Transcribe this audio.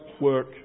work